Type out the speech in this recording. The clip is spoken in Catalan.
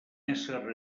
ésser